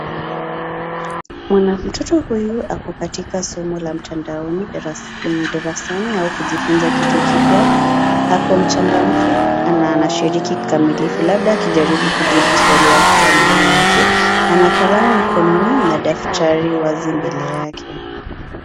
Mtoto huyu ako katika somo la mtandaoni darasani au kujifuza kitu kipya, ako mchangamfu anashiriki kikamilifu labda akijaribu kujibu swali au kutoa maoni yake, ana kalamu mkononi na daftari wazi mbele yake.